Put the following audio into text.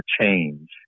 change